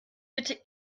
bitte